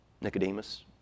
Nicodemus